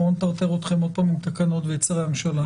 לא נטרטר אתכם עוד פעם עם תקנות ואת שרי הממשלה.